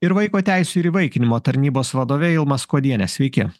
ir vaiko teisių ir įvaikinimo tarnybos vadove ilma skuodienė sveiki